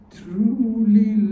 truly